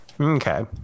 okay